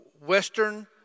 Western